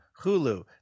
Hulu